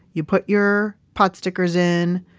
you put your pot stickers in,